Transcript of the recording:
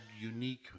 unique